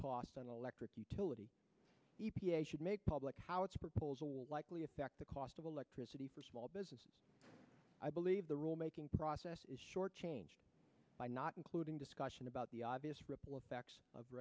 cost on electric utilities e p a should make public how it's proposal likely affect the cost of electricity for small business i believe the rule making process is shortchanged by not including discussion about the obvious ripple effect of